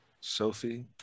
Sophie